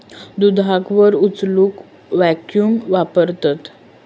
दुधाक वर उचलूक वॅक्यूम वापरतत